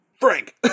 Frank